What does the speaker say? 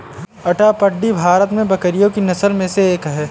अट्टापडी भारत में बकरी की नस्लों में से एक है